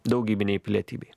daugybinei pilietybei